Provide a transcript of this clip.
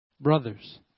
Brothers